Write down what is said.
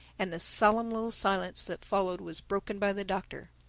and the solemn little silence that followed was broken by the doctor.